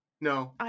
No